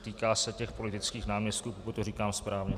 Týká se těch politických náměstků, pokud to říkám správně.